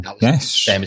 yes